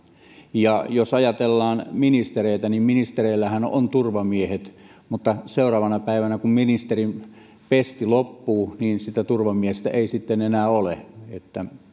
ja jos ajatellaan ministereitä niin ministereillähän on turvamiehet mutta seuraavana päivänä kun ministerin pesti loppuu sitä turvamiestä ei sitten enää ole